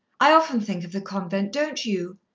i often think of the convent, don't you?